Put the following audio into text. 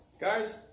Guys